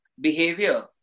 behavior